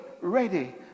ready